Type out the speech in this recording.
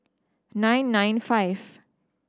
nine nine five